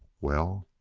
well?